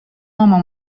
uomo